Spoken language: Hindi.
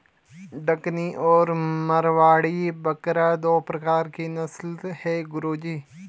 डकनी और मारवाड़ी बकरा दो प्रकार के नस्ल है गुरु जी